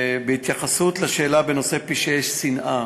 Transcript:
בהתייחסות לשאלה בנושא פשעי שנאה